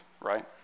right